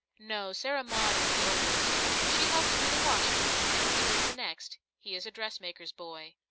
no sarah maud is the oldest she helps do the washing and peter is the next. he is a dressmaker's boy.